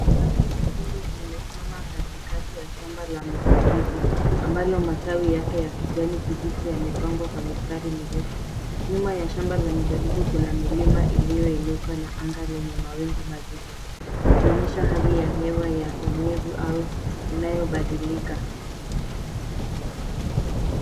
Trekta jekundu limesimama katikati ya shamba la mizabibu ambalo matawi yake ya kijani kibichi yamepangwa kwa mistari mirefu. Nyuma ya shamba la mizabibu kuna milima iliyo inuka na anga lenye mawingu mazito ikionyesha hali ya hewa ya unyevu au inayobadilika.